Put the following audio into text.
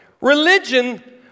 religion